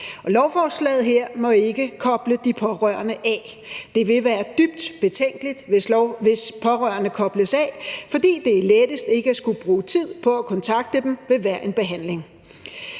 Lovforslaget her må ikke koble de pårørende af. Det vil være dybt betænkeligt, hvis pårørende kobles af, fordi det er lettest ikke at skulle bruge tid på at kontakte dem ved hver en behandling.